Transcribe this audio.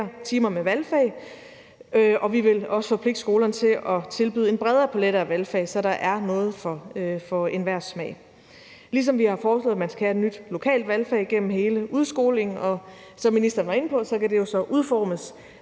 timer med valgfag. Vi vil også forpligte skolerne til at tilbyde en bredere palet af valgfag, så der er noget for enhver smag, ligesom vi har foreslået, at man skal have et nyt lokalt valgfag igennem hele udskolingen. Som ministeren var inde på, kan det jo så udformes